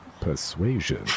persuasion